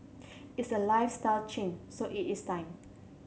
it's a lifestyle change so it is time